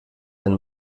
ein